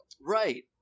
right